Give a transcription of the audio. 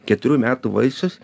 keturių metų vaisius